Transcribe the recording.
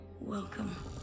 Welcome